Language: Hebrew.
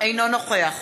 אינו נוכח